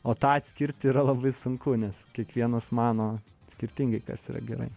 o tą atskirti yra labai sunku nes kiekvienas mano skirtingai kas yra gerai